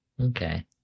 Okay